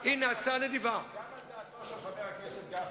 לשבת, חבר הכנסת בר-און.